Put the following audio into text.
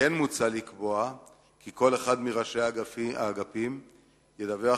כמו כן מוצע לקבוע כי כל אחד מראשי האגפים ידווח